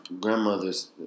grandmother's